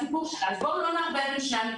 אז בואו לא נערבב את שני המקרים.